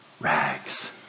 rags